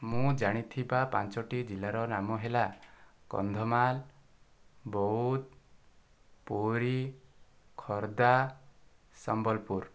ମୁଁ ଜାଣିଥିବା ପାଞ୍ଚୋଟି ଜିଲ୍ଲାର ନାମ ହେଲା କନ୍ଧମାଳ ବୌଦ୍ଧ ପୁରୀ ଖୋର୍ଦ୍ଧା ସମ୍ବଲପୁର